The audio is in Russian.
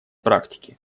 практики